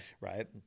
Right